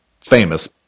famous